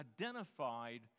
identified